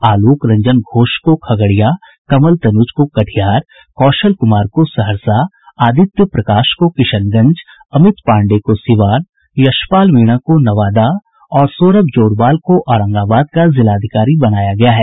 आलोक रंजन घोष को खगड़िया कंवल तनुज को कटिहार कौशल कुमार को सहरसा आदित्य प्रकाश को किशनगंज अमित पांडेय को सीवान यशपाल मीणा को नवादा और सौरभ जोरवाल को औरंगाबाद का जिलाधिकारी बनाया गया है